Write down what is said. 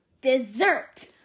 Dessert